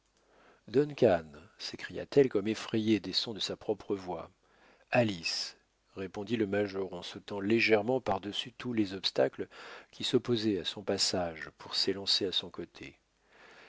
s'écria-t-elle comme effrayée des sons de sa propre voix alice répondit le major en sautant légèrement pardessus tous les obstacles qui s'opposaient à son passage pour s'élancer à son côté